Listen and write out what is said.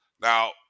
Now